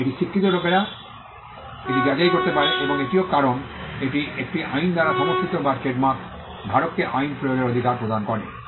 এটি স্বীকৃত লোকেরা এটি যাচাই করতে পারে এবং এটিও কারণ এটি একটি আইন দ্বারা সমর্থিত যা ট্রেডমার্ক ধারককে আইন প্রয়োগের অধিকার প্রদান করে